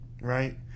right